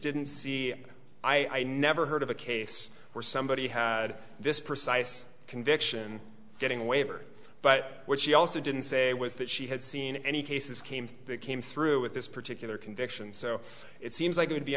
didn't see i never heard of a case where somebody had this precise conviction getting a waiver but what she also didn't say was that she had seen any cases came that came through with this particular conviction so it seems like it would be